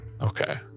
Okay